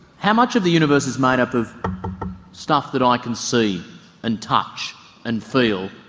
how much of the universe is made up of stuff that i can see and touch and feel,